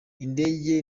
indege